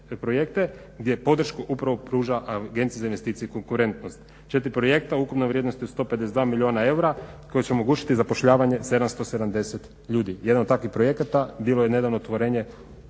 projekte gdje podršku upravo pruža Agencija za investicije i konkurentnost. Četiri projekta, ukupna vrijednost je 152 milijuna eura koja će omogućiti zapošljavanje 770 ljudi. Jedan od takvih projekata, bilo je nedavno otvorenje